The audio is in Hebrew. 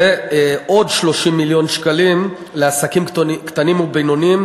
ועוד 30 מיליון שקלים לעסקים קטנים ובינוניים